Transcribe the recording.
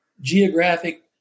geographic